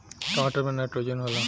टमाटर मे नाइट्रोजन होला?